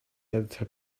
editor